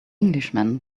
englishman